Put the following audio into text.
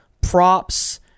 props